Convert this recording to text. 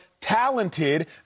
talented